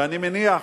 ואני מניח,